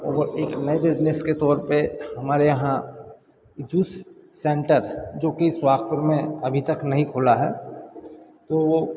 वो एक नए बिजनेस के तौर पे हमारे यहाँ जूस सेंटर जोकि सोहागपुर में अभी तक नहीं खोला है तो वो